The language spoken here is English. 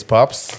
Pops